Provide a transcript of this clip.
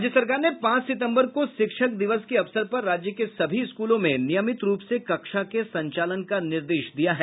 राज्य सरकार ने पांच सितम्बर को शिक्षक दिवस के अवसर पर राज्य के सभी स्कूलों में नियमित रूप से कक्षा के संचालन का निर्देश दिया है